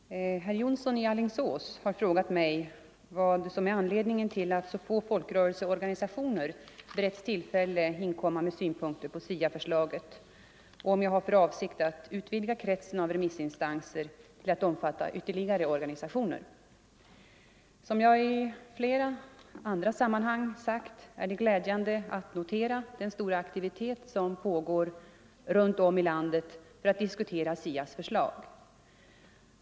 Herr talman! Herr Jonsson i Alingsås har frågat mig vad som är anledningen till att så få folkrörelseorganisationer beretts tillfälle att inkomma med synpunkter på SIA-förslaget och om jag har för avsikt att utvidga kretsen av remissinstanser till att omfatta ytterligare organisationer. Som jag i flera andra sammanhang sagt är det glädjande att notera den stora aktivitet som pågår runt om i landet för att diskutera SIA:s förslag.